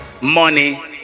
money